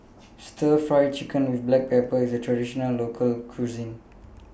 Stir Fry Chicken with Black Pepper IS A Traditional Local Cuisine